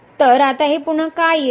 तर आता हे पुन्हा काय येईल